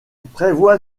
prévoit